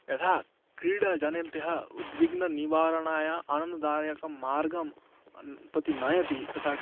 यदा क्रीडा जनेभ्यः उद्विग्ननिवारणाय आनन्ददायकं मार्गं न प्रति नयति तथा